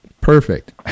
Perfect